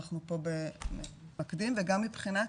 שאנחנו פה מתמקדים וגם מבחינת